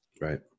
Right